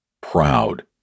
proud